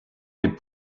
des